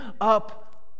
up